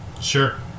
sure